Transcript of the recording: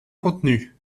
contenu